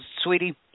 sweetie